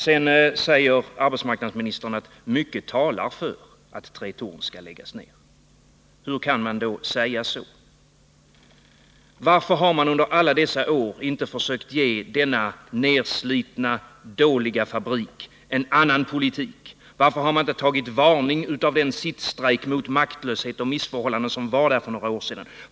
Sedan säger arbetsmarknadsministern att mycket talar för att Tretorn skall läggas ned. Hur kan man då säga så? Varför har man under alla dessa år inte försökt att ge denna nedslitna dåliga fabrik en annan politik? Varför har man inte tagit varning av den sittstrejk mot maktlöshet och missförhållanden som ägde rum där för några år sedan?